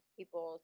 people